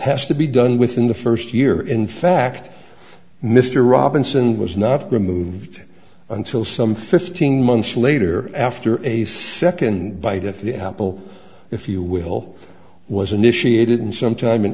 has to be done within the first year in fact mr robinson was not removed until some fifteen months later after a second bite at the apple if you will was initiated in sometime in